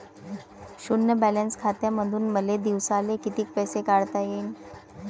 शुन्य बॅलन्स खात्यामंधून मले दिवसाले कितीक पैसे काढता येईन?